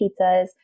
pizzas